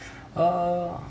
err